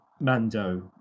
mando